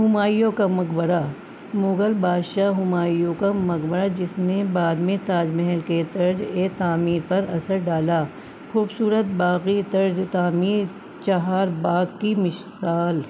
ہمایوں کا مقبرہ مغل بادشاہ ہمایوں کا مقبرہ جس نے بعد میں تاج محل کے طرز تعمیر پر اثر ڈالا خوبصورت باغ طرز تعمیر چہار باغ کی مثال